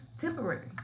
temporary